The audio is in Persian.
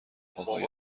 پاهای